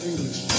English